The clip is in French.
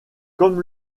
comme